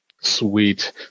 sweet